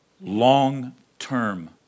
Long-term